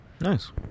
Nice